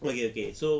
okay okay so